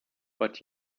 but